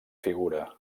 figura